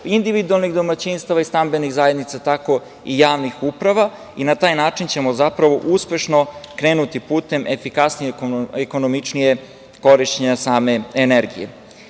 individualnih domaćinstava i stambenih zajednica, tako i javnih uprava, i na taj način ćemo zapravo uspešno krenuti putem efikasnije i ekonomičnije korišćenja same energije. Kada